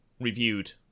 reviewed